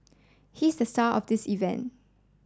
he's the star of this event